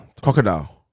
Crocodile